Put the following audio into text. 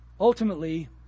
Ultimately